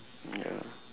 ya